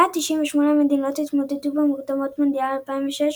198 מדינות התמודדו במוקדמות מונדיאל 2006,